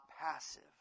passive